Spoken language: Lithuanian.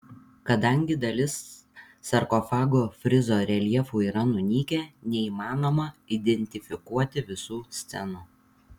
kadangi dalis sarkofago frizo reljefų yra nunykę neįmanoma identifikuoti visų scenų